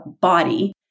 body